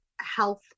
health